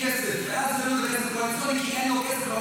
ואז הוא בא אליי: אין לי כסף,